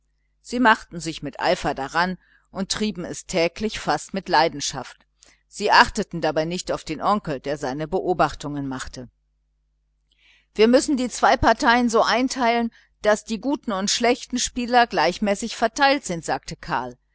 sie machten sich mit eifer daran und trieben es täglich fast mit leidenschaft sie achteten dabei nicht auf den onkel der hinter der zeitung sitzend seine beobachtungen machte wir müssen die zwei parteien so einteilen daß die guten und schlechten spieler gleichmäßig verteilt sind sagte karl